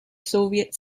soviet